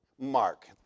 Mark